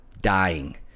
dying